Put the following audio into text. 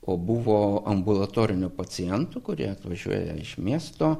o buvo ambulatorinių pacientų kurie atvažiuoja iš miesto